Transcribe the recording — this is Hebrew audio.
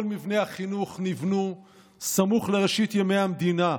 כל מבני החינוך נבנו סמוך לראשית ימי המדינה.